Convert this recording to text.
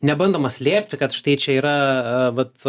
nebandoma slėpti kad štai čia yra vat